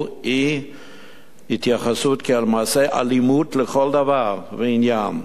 היא התייחסות כאל מעשה אלימות לכל דבר ועניין,